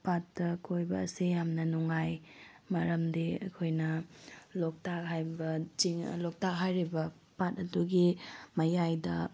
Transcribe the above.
ꯄꯥꯠꯇ ꯀꯣꯏꯕ ꯑꯁꯦ ꯌꯥꯝꯅ ꯅꯨꯡꯉꯥꯏ ꯃꯔꯝꯗꯤ ꯑꯩꯈꯣꯏꯅ ꯂꯣꯛꯇꯥꯛ ꯍꯥꯏꯔꯤꯕ ꯂꯣꯛꯇꯥꯛ ꯍꯥꯏꯔꯤꯕ ꯄꯥꯠ ꯑꯗꯨꯒꯤ ꯃꯌꯥꯏꯗ